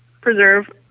preserve